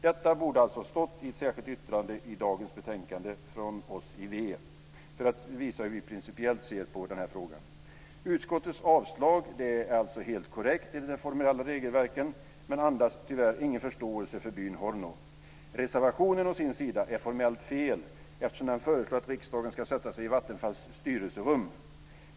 Detta borde alltså ha stått i ett särskilt yttrande i dagens betänkande från oss i Vänsterpartiet för att visa hur vi principiellt ser på den här frågan. Utskottet hänvisar i sitt avstyrkande helt korrekt till de formella regelverken men andas tyvärr ingen förståelse för byn Horno. Reservationen å sin sida är formellt fel, eftersom den föreslår att riksdagen ska sätta sig i Vattenfalls styrelserum.